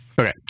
Okay